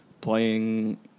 playing